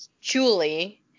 Julie